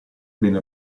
ben